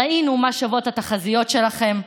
ראינו מה שוות התחזיות שלכם,